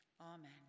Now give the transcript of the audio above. Amen